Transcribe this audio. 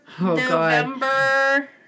November